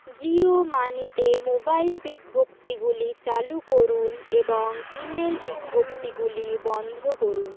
জিও মানিতে মোবাইল বিজ্ঞপ্তিগুলি চালু করুন এবং ইমেল বিজ্ঞপ্তিগুলি বন্ধ করুন